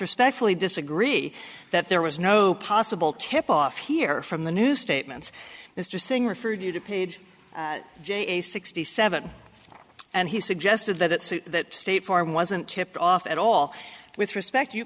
respectfully disagree that there was no possible tip off here from the new statements mr singh referred you to page sixty seven and he suggested that that state farm wasn't tipped off at all with respect you